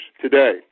today